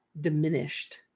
diminished